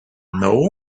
know